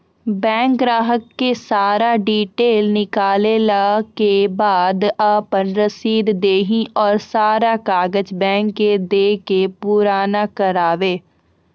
Bank ग्राहक के सारा डीटेल निकालैला के बाद आपन रसीद देहि और सारा कागज बैंक के दे के पुराना करावे?